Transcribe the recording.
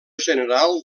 general